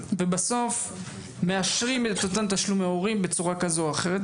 ובסוף מאשרים את אותם תשלומי הורים בצורה כזו או אחרת.